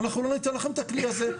אנחנו לא ניתן לכם את הכלי הזה.